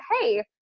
Hey